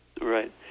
Right